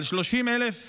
על 30,000 מחבלים,